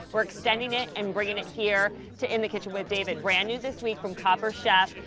we're extending it and bringing it here to in the kitchen with david. brand-new this week from copper chef,